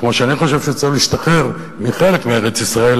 כמו שאני חושב שצריך להשתחרר מחלק מארץ-ישראל,